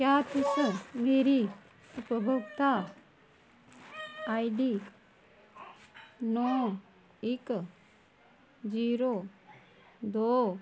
क्या तुस मेरी उपभोगता आई डी नौ इक जीरो दो